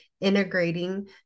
integrating